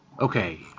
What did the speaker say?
Okay